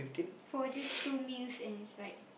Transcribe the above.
for just two meals and it's like